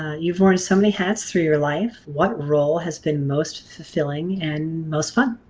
you've worn so many hats through your life. what role has been most fulfilling and most fun?